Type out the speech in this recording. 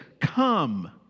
Come